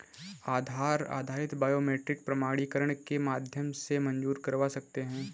आधार आधारित बायोमेट्रिक प्रमाणीकरण के माध्यम से मंज़ूर करवा सकते हैं